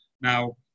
now